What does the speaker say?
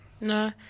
No